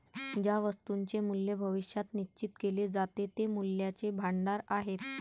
ज्या वस्तूंचे मूल्य भविष्यात निश्चित केले जाते ते मूल्याचे भांडार आहेत